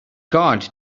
caught